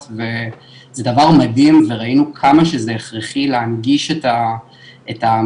וזה דבר מדהים וראינו כמה שזה הכרחי להנגיש את המרחבים